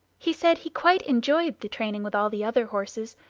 he said he quite enjoyed the training with all the other horses,